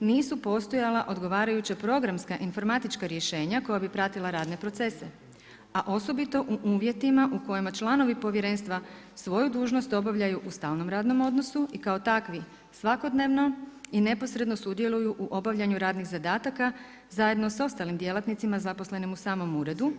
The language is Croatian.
nisu postojala odgovarajuća programska informatička rješenja koja bi pratila radne procese, a osobito u uvjetima u kojima članovi Povjerenstva svoju dužnost obavljaju u stalnom radnom odnosu i kao takvi svakodnevno i neposredno sudjeluju u obavljanju radnih zadataka zajedno sa ostalim djelatnicima zaposlenim u samom uredu.